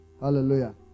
Hallelujah